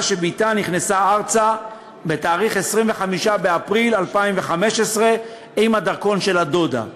שבתה נכנסה ארצה בתאריך 25 באפריל 2015 עם הדרכון של הדודה.